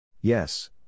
Yes